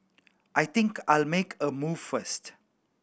I think I'll make a move first